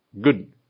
good